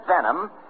venom